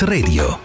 Radio